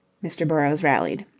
mr. burrowes rallies.